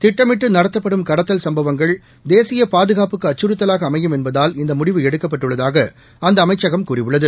திட்டமிட்டு நடத்தப்படும் கடத்தல் சம்பவங்கள் தேசிய பாதுகாப்புக்கு அச்சறுத்தவாக அமையும் என்பதால் இந்த முடிவு எடுக்கப்பட்டுள்ளதாக அந்த அமைச்சகம் கூறியுள்ளது